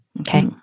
Okay